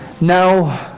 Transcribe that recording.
Now